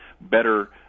better